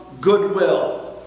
goodwill